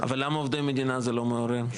אבל למה עובדי מדינה זה לא מעורר?